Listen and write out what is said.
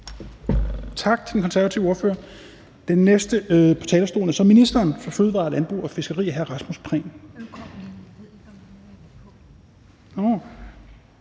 Tak til den konservative ordfører. Den næste på talerstolen er så ministeren for fødevarer, landbrug og fiskeri. Værsgo til